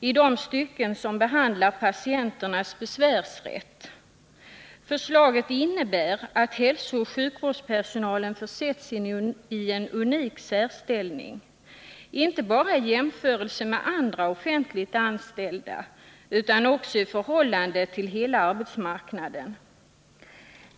i de stycken som behandlar patienternas besvärsrätt. Förslaget innebär att hälsooch sjukvårdspersonalen försätts i en unik särställning, inte bara i jämförelse med andra offentligt anställda utan också i förhållande till hela arbetsmarknaden.